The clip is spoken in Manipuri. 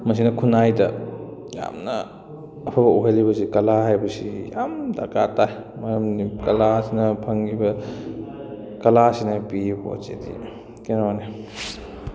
ꯃꯁꯤꯅ ꯈꯨꯟꯅꯥꯏꯗ ꯌꯥꯝꯅ ꯑꯐꯕ ꯎꯍꯜꯂꯤꯕꯁꯤ ꯀꯂꯥ ꯍꯥꯏꯕꯁꯤ ꯌꯥꯝ ꯗꯔꯀꯥꯔ ꯇꯥꯏ ꯃꯔꯝꯗꯤ ꯀꯂꯥꯁꯤꯅ ꯐꯪꯉꯤꯕ ꯀꯂꯥꯁꯤꯅ ꯄꯤꯔꯤꯕ ꯄꯣꯠꯁꯤꯗꯤ ꯀꯩꯅꯣꯅꯦ